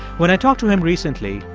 when i talked to him recently,